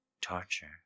Torture